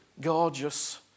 gorgeous